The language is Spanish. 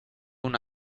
una